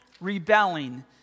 rebelling